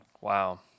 wow